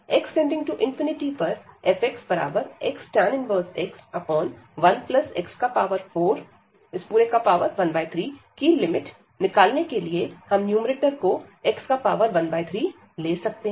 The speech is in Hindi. x→∞पर fx tan 1x 1x413 की लिमिट निकालने के लिए हम न्यूमैरेटर को x13 ले सकते हैं